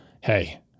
hey